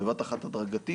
"בבת אחת הדרגתי",